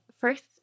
first